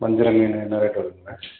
வஞ்சரம் மீன் என்ன ரேட்டு வருங்க